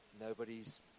Nobody's